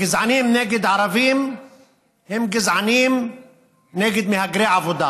הגזענים נגד ערבים הם גזענים נגד מהגרי עבודה,